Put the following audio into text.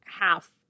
half